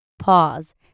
pause